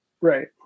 right